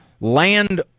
land